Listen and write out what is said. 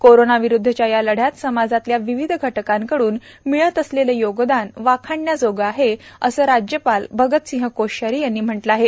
कोरोनाविरूद्वच्या या लढ्यात समाजातल्या विविध घटकांकडून मिळत असलेलं योगदान वाखाणण्या जोगं आहे असं राज्यपाल भगतसिंग कोश्यारी यांनी म्हटलं आहे